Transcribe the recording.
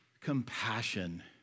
compassion